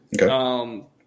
Okay